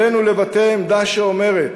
עלינו לבטא עמדה שאומרת: